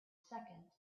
second